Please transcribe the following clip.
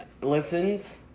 listens